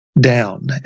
down